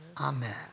Amen